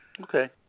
Okay